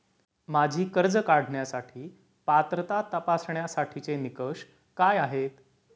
माझी कर्ज काढण्यासाठी पात्रता तपासण्यासाठीचे निकष काय आहेत?